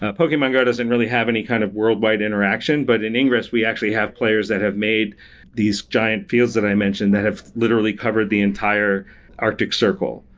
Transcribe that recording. ah pokemon go doesn't really have any kind of worldwide interaction, but in ingress we actually have players that have made these giant fields that i mentioned that have literally covered the entire arctic circle,